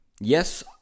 yes